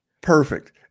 Perfect